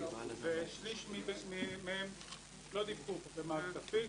ושליש מהם לא דיווחו במערכת אפיק.